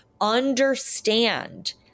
understand